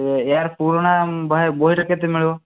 ୟାର ପୁରୁଣା ବହିଟା କେତେ ମିଳିବ